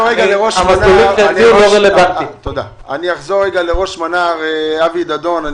חוזר לראש מנה"ר, אבי דדון.